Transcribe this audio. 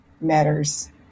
matters